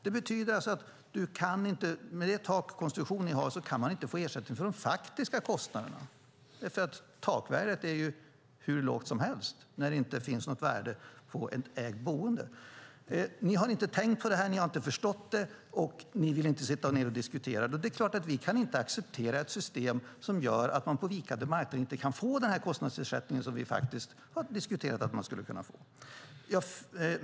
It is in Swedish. Det betyder alltså att med den takkonstruktion som ni har kan man inte få ersättning för de faktiska kostnaderna. Takvärdet är ju hur lågt som helst när det inte finns något värde på ett ägt boende. Ni har inte tänkt på det här, ni har inte förstått det och ni vill inte sitta ned och diskutera det. Det är klart att vi inte kan acceptera ett system som gör att man på en vikande marknad inte kan få den kostnadsersättning som vi faktiskt har diskuterat att man skulle kunna få.